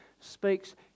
speaks